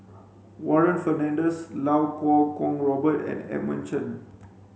Warren Fernandez Iau Kuo Kwong Robert and Edmund Chen